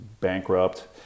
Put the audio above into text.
bankrupt